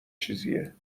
چیزیه